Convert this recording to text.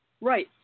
Right